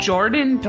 Jordan